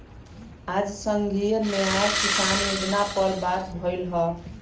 आज संघीय न्याय किसान योजना पर बात भईल ह